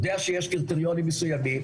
יודע שיש קריטריונים מסויימים,